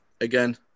Again